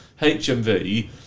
HMV